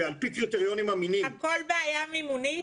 הכול בעיה מימונית?